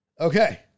okay